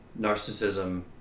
narcissism